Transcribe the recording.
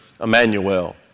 Emmanuel